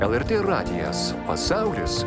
el er t radijas pasaulis